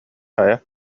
хайа